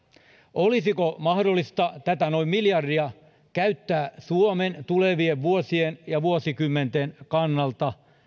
olisiko mahdollista tätä noin miljardia käyttää suomen tulevien vuosien ja vuosikymmenten kannalta